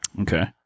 Okay